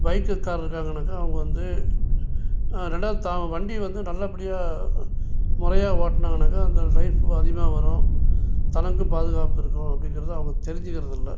biker இருக்காங்கனாக்க அவங்க வந்து ரெண்டாவது தான் வண்டி வந்து நல்லபடியாக முறையாக ஓட்டுனாங்கனாக்கா அந்தோட லைஃப் அதிகமாக வரும் தனக்குப் பாதுகாப்பு இருக்கணும் அப்படிங்கிறது அவங்க தெரிஞ்சிக்கிறது இல்லை